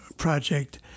project